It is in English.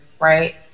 right